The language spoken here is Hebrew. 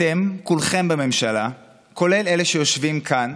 אתם כולכם בממשלה, כולל אלה שיושבים כאן,